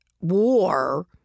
war